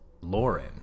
Lauren